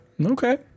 Okay